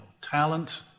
talent